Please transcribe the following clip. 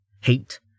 hate